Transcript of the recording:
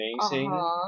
amazing